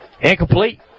incomplete